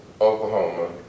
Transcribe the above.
Oklahoma